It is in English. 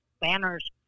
banners